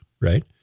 right